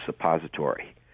suppository